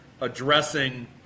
addressing